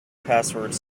passwords